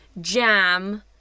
jam